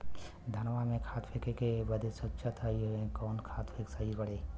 धनवा में खाद फेंके बदे सोचत हैन कवन खाद सही पड़े?